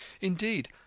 Indeed